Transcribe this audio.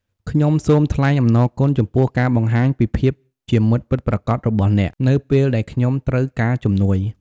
ខ្ញុំសូមថ្លែងអំណរគុណចំពោះការបង្ហាញពីភាពជាមិត្តពិតប្រាកដរបស់អ្នក នៅពេលដែលខ្ញុំត្រូវការជំនួយ។